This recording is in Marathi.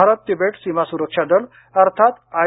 भारत तिबेट सीमा सुरक्षा दल अर्थात आय